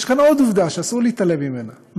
יש כאן עוד עובדה שאסור להתעלם ממנה: